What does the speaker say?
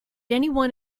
anyone